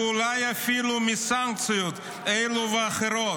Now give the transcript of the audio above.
ואולי אפילו מסנקציות אלו ואחרות.